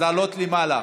אז לעלות למעלה,